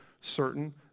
certain